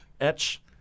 etch